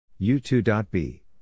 U2.B